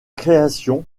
création